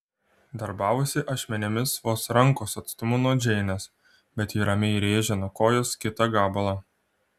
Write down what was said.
darbavosi ašmenimis vos rankos atstumu nuo džeinės bet ji ramiai rėžė nuo kojos kitą gabalą